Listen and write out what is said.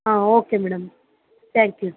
ಹಾಂ okay madam thank you